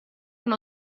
uno